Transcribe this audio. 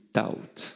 doubt